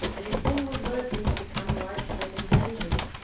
but its inward workings become wide-spread and dangerous,